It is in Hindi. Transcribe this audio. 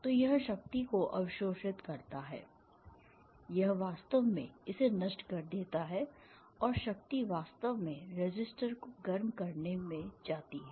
तो यह शक्ति को अवशोषित करता है यह वास्तव में इसे नष्ट कर देता है और शक्ति वास्तव में रेसिस्टर को गर्म करने में जाती है